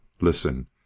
Listen